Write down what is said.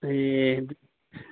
ए